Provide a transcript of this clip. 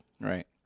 Right